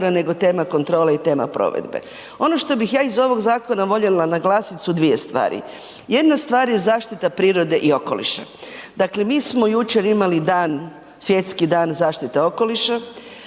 nego tema kontrole i tema provedbe. Ono što bih ja iz ovog zakona voljela naglasiti su dvije stvari. Jedna stvar je zaštita prirode i okoliša. Dakle mi smo jučer imali dan, Svjetski dan zaštite okoliša,